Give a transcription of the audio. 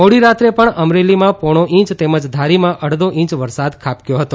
મોડી રાત્રે પણ અમરેલીમાં પોણો ઇંચ તેમજ ધારીમાં અડધો ઇંચ વરસાદ ખાબકી ગયો હતો